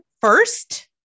first